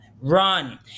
run